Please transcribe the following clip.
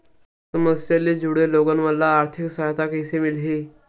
समस्या ले जुड़े लोगन मन ल आर्थिक सहायता कइसे मिलही?